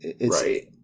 right